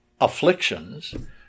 afflictions